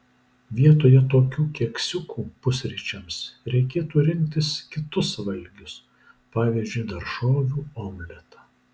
vietoje tokių keksiukų pusryčiams reikėtų rinktis kitus valgius pavyzdžiui daržovių omletą